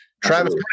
Travis